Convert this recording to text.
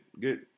good